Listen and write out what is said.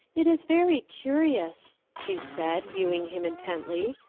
it is very curious, she said, viewing him intently,